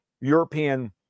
European